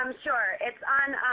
sure. it's on